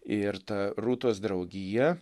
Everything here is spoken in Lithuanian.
ir ta rūtos draugija